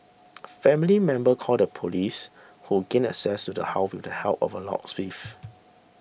family members called the police who gained access to the house with the help of a locksmith